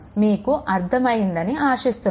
మీకు అర్దమయ్యిందని ఆశిస్తున్నాను